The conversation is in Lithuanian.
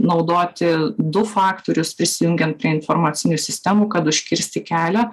naudoti du faktorius prisijungiant prie informacinių sistemų kad užkirsti kelią